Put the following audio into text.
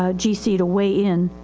ah gc to weigh in,